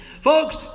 Folks